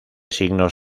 signos